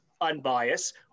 unbiased